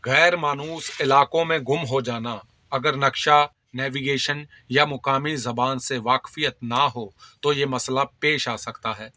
غیر مانوس علاقوں میں گم ہو جانا اگر نقشہ نیویگیشن یا مقامی زبان سے واقفیت نہ ہو تو یہ مسئلہ پیش آ سکتا ہے